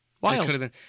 Wild